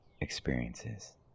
experiences